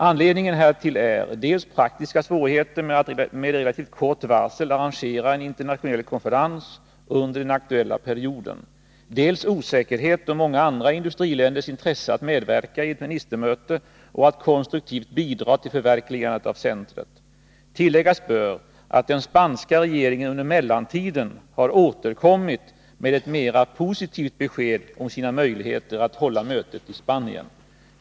Anledningen | härtill är dels praktiska svårigheter att med relativt kort varsel arrangera en internationell konferens under den aktuella perioden, dels osäkerhet om många andra industriländers intresse att medverka i ett ministermöte och att konstruktivt bidra till förverkligandet av centret. Tilläggas bör att den spanska regeringen under mellantiden har återkommit med ett mera positivt besked om sina möjligheter att hålla mötet i Spanien.